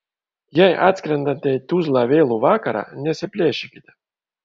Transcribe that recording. jei atskrendate į tuzlą vėlų vakarą nesiplėšykite